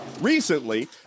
recently